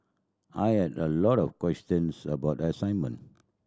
I had a lot of questions about the assignment